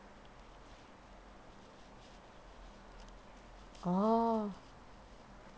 orh